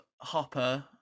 hopper